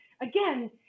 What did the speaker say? again